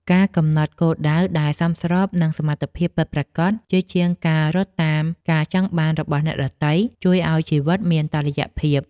ការកំណត់គោលដៅដែលសមស្របនឹងសមត្ថភាពពិតប្រាកដ ជាជាងការរត់តាមការចង់បានរបស់អ្នកដទៃ ជួយឱ្យជីវិតមានតុល្យភាព។